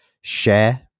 share